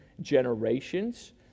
generations